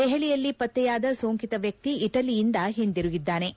ದೆಹಲಿಯಲ್ಲಿ ಪತ್ತೆಯಾದ ಸೋಂಕಿತ ವ್ಯಕ್ತಿ ಇಟಲಿಯಿಂದ ಹಿಂತಿರುಗಿದ್ದಾನೆ